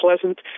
Pleasant